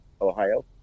ohio